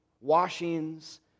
washings